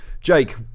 Jake